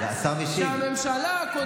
עשית משהו פרודוקטיבי?